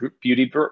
beauty